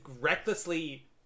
recklessly